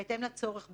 בהתאם לצורך,